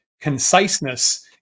conciseness